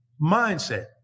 mindset